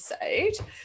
episode